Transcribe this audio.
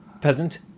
peasant